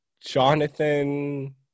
jonathan